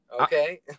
okay